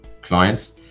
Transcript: clients